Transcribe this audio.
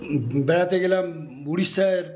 এই বেড়াতে গেলাম উড়িষ্যা